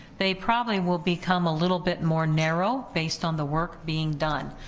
they probably will become a little bit more narrow, based on the work being done.